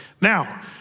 Now